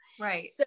Right